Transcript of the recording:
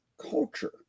culture